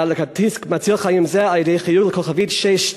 כרטיס מציל חיים זה על-ידי חיוג ל-6262*,